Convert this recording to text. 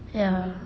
ya